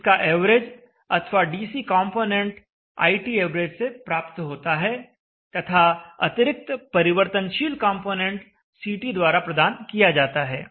इसका एवरेज अथवा DC component iTav से प्राप्त होता है तथा अतिरिक्त परिवर्तनशील कंपोनेंट CT द्वारा प्रदान किया जाता है